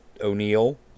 O'Neill